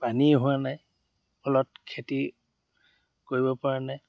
পানীয়ে হোৱা নাই ফলত খেতি কৰিব পৰা নাই